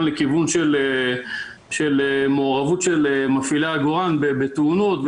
לכיוון של מעורבות של מפעילי עגורן בתאונות,